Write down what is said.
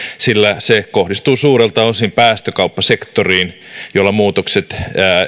sillä se kohdistuu suurelta osin päästökauppasektoriin jolloin muutokset